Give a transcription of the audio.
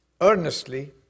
earnestly